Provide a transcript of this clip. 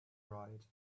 right